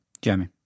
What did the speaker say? Jamie